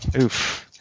Oof